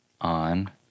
on